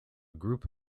group